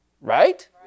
Right